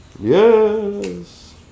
yes